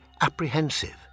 apprehensive